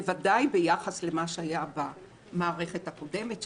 בוודאי ביחס למה שהיה במערכת הקודמת,